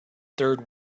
third